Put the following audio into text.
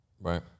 Right